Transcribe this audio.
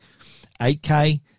8K